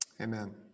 Amen